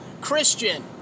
Christian